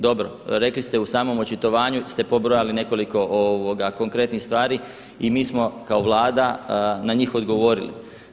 Dobro, rekli ste u samom očitovanju ste pobrojali nekoliko konkretnih stvari i mi smo kao Vlada na njih odgovorili.